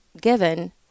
given